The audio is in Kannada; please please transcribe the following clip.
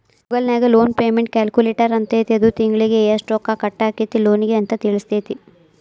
ಗೂಗಲ್ ನ್ಯಾಗ ಲೋನ್ ಪೆಮೆನ್ಟ್ ಕ್ಯಾಲ್ಕುಲೆಟರ್ ಅಂತೈತಿ ಅದು ತಿಂಗ್ಳಿಗೆ ಯೆಷ್ಟ್ ರೊಕ್ಕಾ ಕಟ್ಟಾಕ್ಕೇತಿ ಲೋನಿಗೆ ಅಂತ್ ತಿಳ್ಸ್ತೆತಿ